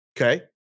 Okay